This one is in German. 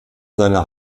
seiner